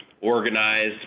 organized